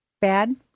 bad